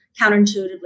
counterintuitively